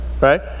right